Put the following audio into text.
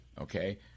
Okay